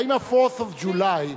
האם ה-of July Fourth,